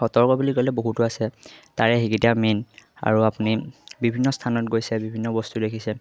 সতৰ্ক বুলি ক'লে বহুতো আছে তাৰে সেইকেইটা মেইন আৰু আপুনি বিভিন্ন স্থানত গৈছে বিভিন্ন বস্তু দেখিছে